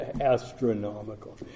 astronomical